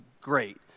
great